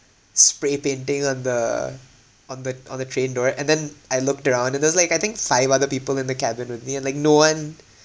spray painting on the on the on the train door and then I looked around and there was like I think five other people in the cabin with me and like no one